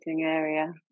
area